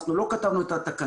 אנחנו לא כתבנו את התקנות,